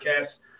podcast